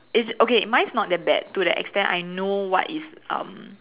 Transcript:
it's okay mine's not that bad to the extent I know what is um